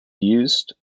used